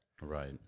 Right